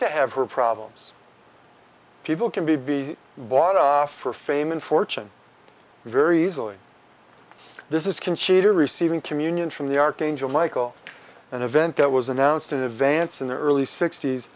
to have her problems people can be bought for fame and fortune very easily this is consider receiving communion from the archangel michael an event that was announced in advance in the early sixt